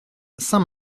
saint